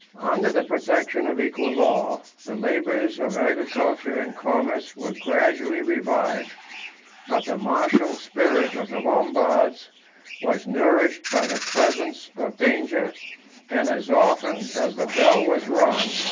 under the protection of equal law, the labors of agriculture and commerce were gradually revived but the martial spirit of the lombards was nourished by the presence of danger and as often as the bell was rung,